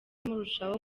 murushaho